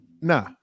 nah